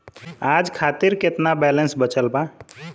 आज खातिर केतना बैलैंस बचल बा?